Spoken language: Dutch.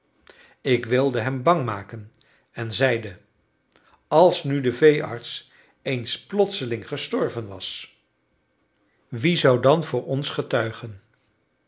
ik wilde hem bang maken en zeide als nu de veearts eens plotseling gestorven was wie zou dan voor ons getuigen